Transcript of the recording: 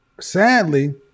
sadly